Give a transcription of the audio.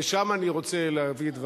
לשם אני רוצה להביא את דברי.